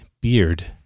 beard